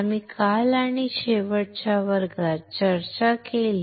आम्ही काल किंवा शेवटच्या वर्गात चर्चा केली